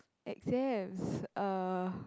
exams uh